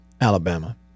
Alabama